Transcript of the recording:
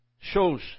shows